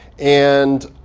and